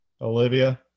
Olivia